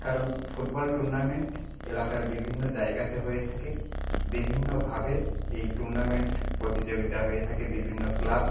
কারণ football tournament এলাকার বিভিন্ন জায়গাতে হয়ে থাকে বিভিন্নভাবে এই টুর্নামেন্ট প্রতিযোগিতা হয়ে থাকে বিভিন্ন ক্লাব